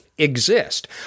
exist